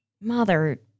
Mother